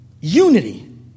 unity